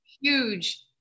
huge